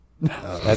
No